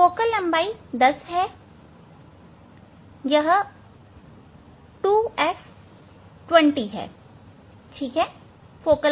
focal लंबाई 10 है यह 2F 20 है